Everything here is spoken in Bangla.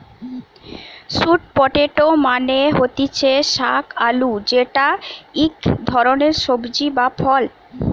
স্যুট পটেটো মানে হতিছে শাক আলু যেটা ইক ধরণের সবজি বা ফল